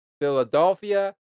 Philadelphia